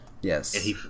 Yes